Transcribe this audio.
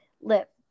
Lip